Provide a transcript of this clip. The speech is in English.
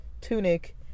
tunic